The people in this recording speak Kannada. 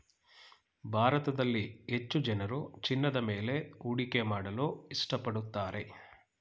ಭಾರತದಲ್ಲಿ ಹೆಚ್ಚು ಜನರು ಚಿನ್ನದ ಮೇಲೆ ಹೂಡಿಕೆ ಮಾಡಲು ಇಷ್ಟಪಡುತ್ತಾರೆ